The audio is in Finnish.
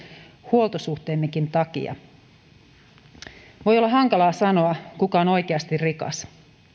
huoltosuhteemmekin takia voi olla hankalaa sanoa kuka on oikeasti rikas